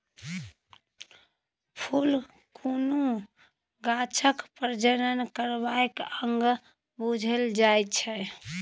फुल कुनु गाछक प्रजनन करबाक अंग बुझल जाइ छै